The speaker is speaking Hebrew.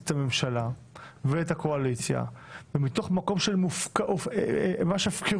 לא הממשלה הנוכחית אלא ממשלתו של אריאל שרון בשנת 2005. נסוגה